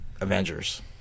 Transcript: Avengers